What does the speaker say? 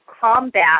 combat